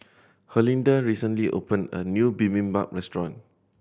Herlinda recently opened a new Bibimbap Restaurant